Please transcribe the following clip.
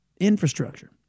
infrastructure